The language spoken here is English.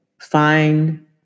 find